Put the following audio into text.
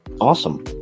Awesome